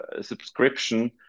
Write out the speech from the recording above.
subscription